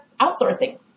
outsourcing